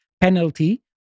penalty